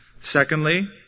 Secondly